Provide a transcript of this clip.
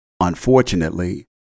Unfortunately